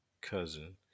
cousin